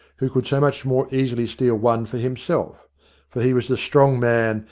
who could so much more easily steal one for himself for he was a strong man,